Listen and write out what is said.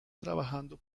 trabajando